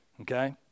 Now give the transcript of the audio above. Okay